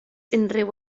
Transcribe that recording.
unrhyw